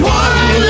one